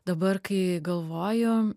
dabar kai galvoju